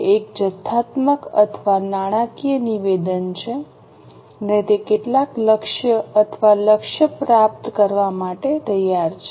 તે એક જથ્થાત્મક અથવા નાણાકીય નિવેદન છે અને તે કેટલાક લક્ષ્ય અથવા લક્ષ્ય પ્રાપ્ત કરવા માટે તૈયાર છે